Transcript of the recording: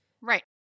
Right